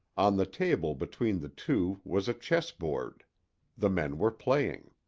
on the table between the two was a chessboard the men were playing.